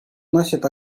вносит